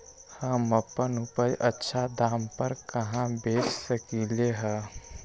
हम अपन उपज अच्छा दाम पर कहाँ बेच सकीले ह?